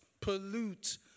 pollute